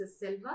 Selva